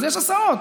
יש הסעות.